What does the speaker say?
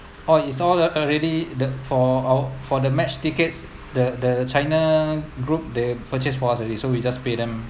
oh it's all the already the for our for the match tickets the the china group they purchase for us already so we just pay them